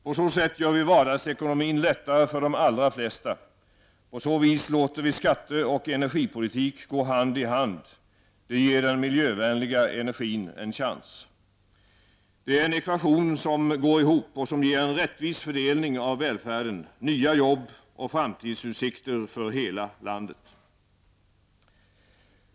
På så sätt gör vi vardagsekonomin lättare för de allra flesta. På så vis låter vi skatte och energipolitik gå hand i hand samtidigt som det ger den miljövänliga energin en chans. Det är en ekvation som går ihop och som ger en rättvis fördelning av välfärden, nya jobb och framtidsutsikter för hela landet.